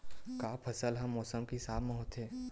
का फसल ह मौसम के हिसाब म होथे?